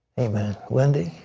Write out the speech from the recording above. amen. wendy?